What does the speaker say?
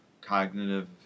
cognitive